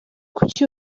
kuki